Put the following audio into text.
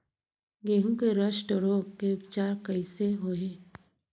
गेहूँ के रस्ट रोग के उपचार कइसे होही?